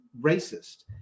racist